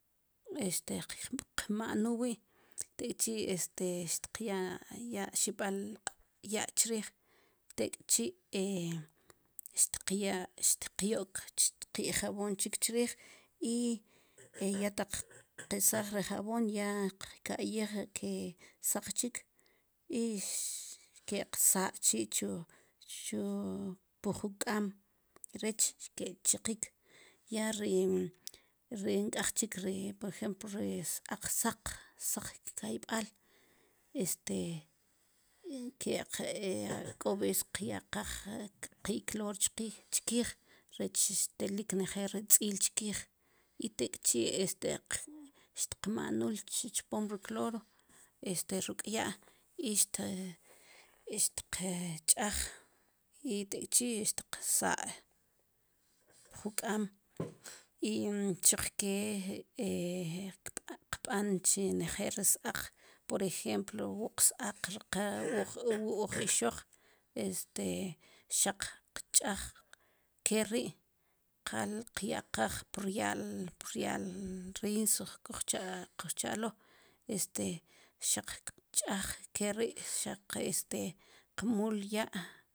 Este qmanul wi' tek'chi' este xtqya'n ya' xib'al ya' chriij tek'chi' xtqya xtqyo'k ki' jabon chik chriij i ya taq tqkesaaj ri jabon ya qka'yij ke saq chik i xke'q saa' chi chu pwu ju k'aam rech xki' chiqik ya ri ri nk'ej chik ri por ejemplo ri s-aaq saq kkayb'aal este ke'q k'o bes qyaqaj ki' klor chqij chkiij rech telik nejel ri tz'iil chkiij i tek' chi este xtqmanul chpom ri cloro este ruk' ya' i xte xtqch'aj i tek' chi' te qsaa' ju k'aam i xuq ke qb'an chi nejel ri s-aaq por ejemplo wu qsaaq ri qa wu uj ixoq este xaq qch'aj ke ri' qal qyaqaj prya'l prya'l rinso kojcha kojcha'lo este xaq qch'aj ke ri' xaq este qmul ya'